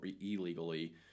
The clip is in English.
illegally